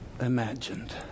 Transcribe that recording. imagined